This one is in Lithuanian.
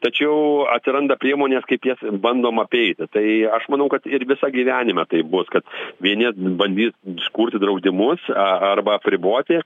tačiau atsiranda priemonės kaip jas bandom apeiti tai aš manau kad ir visą gyvenimą taip bus kad vieni bandys sukurti draudimus arba apriboti